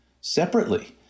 separately